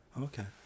Okay